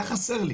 היה חסר לי.